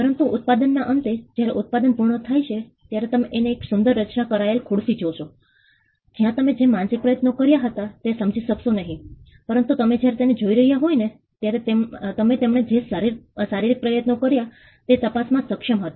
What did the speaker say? પરંતુ ઉત્પાદનના અંતે જ્યારે ઉત્પાદન પૂર્ણ થાય છે ત્યારે તમે એક સુંદર રચના કરાયેલ ખુરશી જોશો જ્યાં તમે જે માનસિક પ્રયત્નો કર્યા હતા તે સમજી શકશો નહીં પરંતુ તમે જ્યારે તેને જોઈ રહ્યાં હતા ત્યારે તમે તેમણે જે શારીરિક પ્રયત્નો કર્યા તે તપાસવામાં સક્ષમ હતા